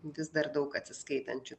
vis dar daug atsiskaitančių